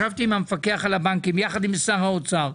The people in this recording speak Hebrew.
ישבתי עם המפקח על הבנקים יחד עם שר האוצר,